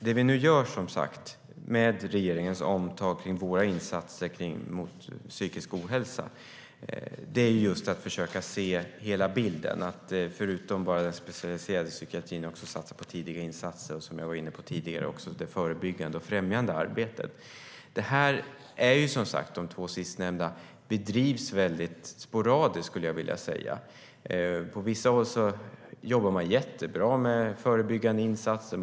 Det vi nu gör med regeringens omtag gällande våra insatser mot psykisk ohälsa är att försöka se hela bilden, att förutom att satsa på den specialiserade psykiatrin också satsa på tidiga insatser och, som jag var inne på tidigare, på det förebyggande och främjande arbetet. De två sistnämnda bedrivs väldigt sporadiskt, skulle jag vilja säga. På vissa håll jobbar man jättebra med förebyggande insatser.